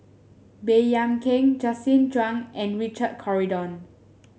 Baey Yam Keng Justin Zhuang and Richard Corridon